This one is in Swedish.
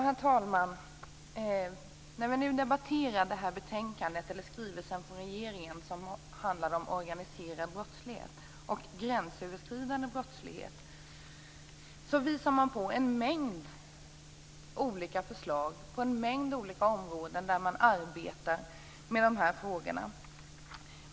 Herr talman! Vi debatterar nu en skrivelse från regeringen som handlar om organiserad brottslighet och gränsöverskridande brottslighet. Regeringen ger förslag på en mängd olika områden där man arbetar med dessa frågor.